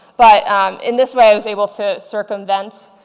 but in this way i was able to circumvent